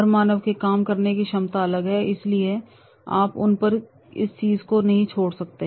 हर मानव के काम करने की क्षमता अलग है इसलिए आप उन पर इस चीज को नहीं छोड़ सकते